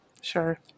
Sure